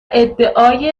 ادعای